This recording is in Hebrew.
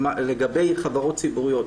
לגבי חברות ציבוריות,